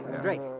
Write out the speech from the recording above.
Drake